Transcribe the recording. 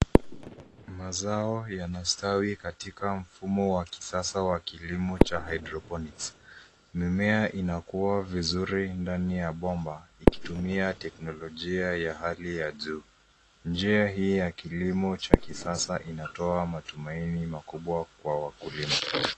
Mazao yanastawi katika mfumo wa kisasa wa kilimo cha Hydroponics . Mimea inakua vizuri ndani ya bomba ikitumia teknolojia ya hali ya juu. Njia hii ya kilimo cha kisasa inatoa matumaini makubwa kwa wakulima.